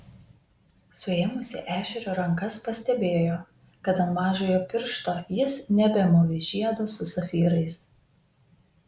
suėmusi ešerio rankas pastebėjo kad ant mažojo piršto jis nebemūvi žiedo su safyrais